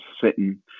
sitting